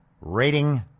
rating